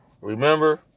remember